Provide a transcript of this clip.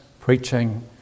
preaching